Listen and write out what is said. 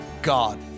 God